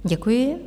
Děkuji.